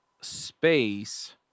space